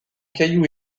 caillou